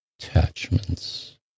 attachments